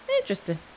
Interesting